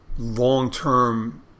long-term